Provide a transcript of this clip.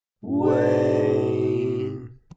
Wayne